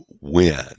win